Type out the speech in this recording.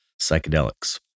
psychedelics